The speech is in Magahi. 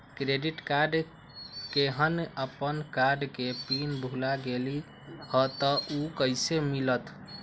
क्रेडिट कार्ड केहन अपन कार्ड के पिन भुला गेलि ह त उ कईसे मिलत?